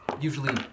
Usually